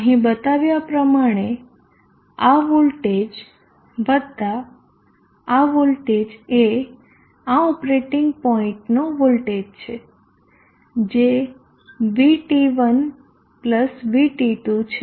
અહીં બતાવ્યા પ્રમાણે આ વોલ્ટેજ વત્તા આ વોલ્ટેજ એ આ ઓપરેટિંગ પોઇન્ટનો વોલ્ટેજ છે જે આ VT1VT2 છે